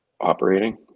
operating